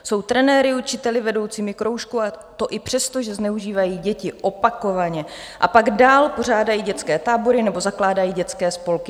Jsou trenéry, učiteli, vedoucími kroužků, a to i přesto, že zneužívají děti opakovaně, pak dál pořádají dětské tábory nebo zakládají dětské spolky.